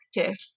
active